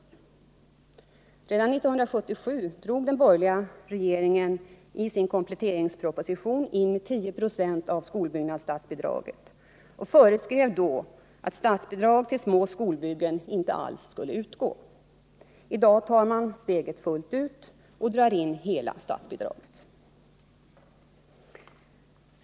Redan 1977 drog den borgerliga regeringen i sin kompletteringsproposition in 10 90 av skolbyggnadsstatsbidraget och föreskrev att statsbidrag till små skolbyggen inte alls skulle utgå. I dag tar man steget fullt ut och drar in hela statsbidraget.